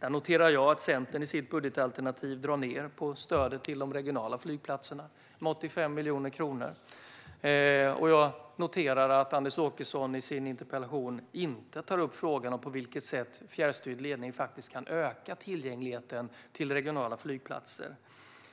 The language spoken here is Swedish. Jag noterar att Centern i sitt budgetalternativ drar ned på stödet till de regionala flygplatserna med 85 miljoner kronor. Jag noterar också att Anders Åkesson i sin interpellation inte tar upp frågan på vilket sätt fjärrstyrd ledning faktiskt kan öka tillgängligheten till regionala flygplatser.